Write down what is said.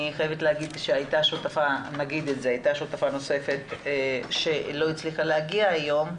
אני חייבת להגיד שהייתה שותפה נוספת שלא הצליחה להגיע היום,